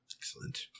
Excellent